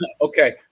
okay